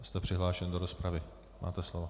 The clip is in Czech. Jste přihlášen do rozpravy, máte slovo.